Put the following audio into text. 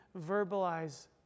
verbalize